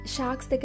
Sharks